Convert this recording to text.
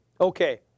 Okay